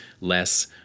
less